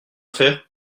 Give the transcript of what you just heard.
faire